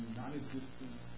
non-existence